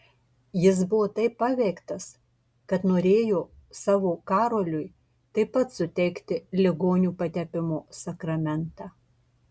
jis buvo taip paveiktas kad norėjo savo karoliui tuoj pat suteikti ligonių patepimo sakramentą